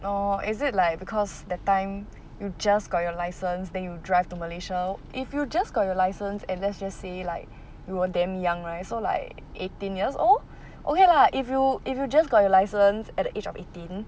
orh is it like because that time you just got your license then you will drive to malaysia if you just got your license and let's just say like you were damn young right so like eighteen years old okay lah if you if you just got your license at the age of eighteen